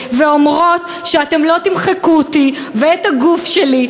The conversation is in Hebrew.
ואומרות: אתם לא תמחקו אותי ואת הגוף שלי,